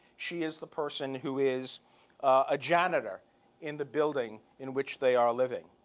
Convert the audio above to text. she is the person who is a janitor in the building in which they are living.